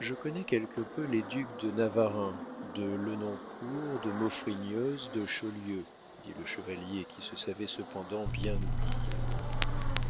je connais quelque peu les ducs de navarreins de lenoncourt de maufrigneuse de chaulieu dit le chevalier qui se savait cependant bien oublié